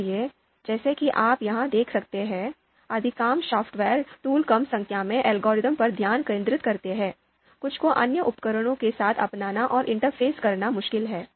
इसलिए जैसा कि आप यहां देख सकते हैं अधिकांश सॉफ्टवेयर टूल कम संख्या में एल्गोरिदम पर ध्यान केंद्रित करते हैं कुछ को अन्य उपकरणों के साथ अपनाना और इंटरफ़ेस करना मुश्किल है